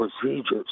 procedures